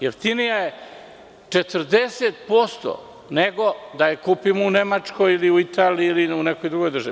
Jeftinija je 40% nego da je kupimo u Nemačkoj ili Italiji ili nekoj drugoj državi.